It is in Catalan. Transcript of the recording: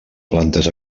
plantes